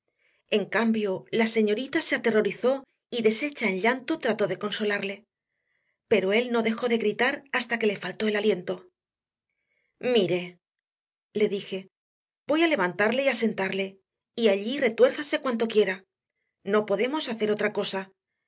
en cambio la señorita se aterrorizó y deshecha en llanto trató de consolarle pero él no dejó de gritar hasta que le faltó el aliento mire le dije voy a levantarle y a sentarle y allí retuérzase cuanto quiera no podemos hacer otra cosa